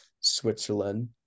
switzerland